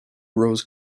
rose